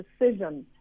decisions